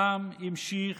העם המשיך,